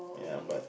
ya but